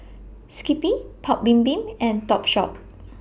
Skippy Paik's Bibim and Topshop